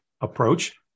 approach